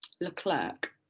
leclerc